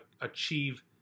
achieve